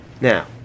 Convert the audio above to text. now